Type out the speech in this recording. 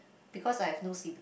because I have no sibl~